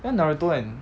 那 naruto and